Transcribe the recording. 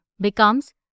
becomes